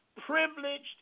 privileged